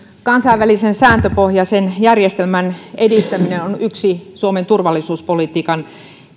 kansainvälisen sääntöpohjaisen järjestelmän edistäminen on yksi suomen turvallisuuspolitiikan